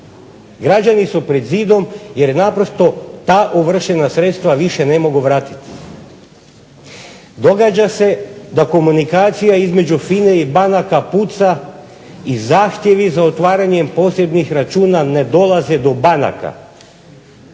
građani su pred zidom jer naprosto ta ovršena sredstva više ne mogu vratiti. Događa se da komunikacija između FINA-e i banaka puca i zahtjevi za otvaranjem posebnih računa ne dolaze do banaka